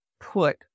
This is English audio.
put